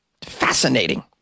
Fascinating